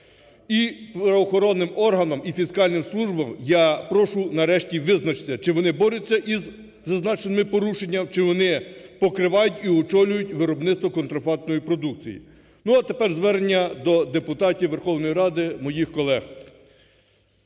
І правоохоронним органам, і фіскальним службам я прошу нарешті визначитися, чи вони борються із зазначеними порушеннями, чи вони покривають і очолюють виробництво контрафактної продукції. Ну, а тепер звернення до депутатів Верховної Ради, моїх колег.